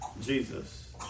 Jesus